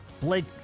Blake